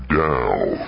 down